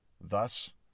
Thus